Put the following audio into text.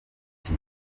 giti